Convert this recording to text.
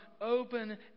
open